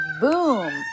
boom